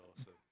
awesome